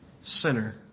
sinner